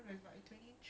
!huh! serious ah